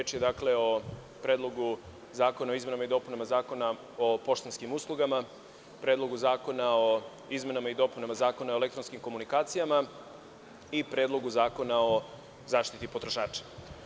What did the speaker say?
Dakle, reč je o Predlogu zakona o izmenama i dopunama Zakona o poštanskim uslugama, Predlogu zakona o izmenama i dopunama Zakona o elektronskim komunikacijama i Predlogu zakona o zaštiti potrošača.